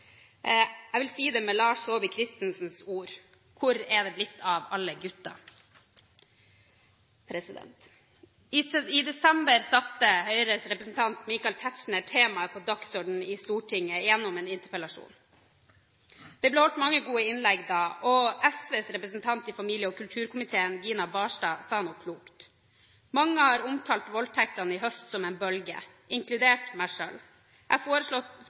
Jeg vil si det med Lars Saabye Christensens ord: «Hvor er det blitt av alle gutta». I desember satte Høyres representant Michael Tetzschner temaet på dagsordenen i Stortinget gjennom en interpellasjon. Det ble holdt mange gode innlegg da, og SVs representant i familie- og kulturkomiteen, Gina Knutson Barstad, sa noe klokt: «Mange har omtalt voldtektene i høst som en bølge, inkludert jeg selv. Jeg